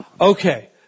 Okay